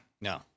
no